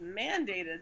mandated